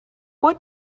what